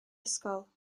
ysgol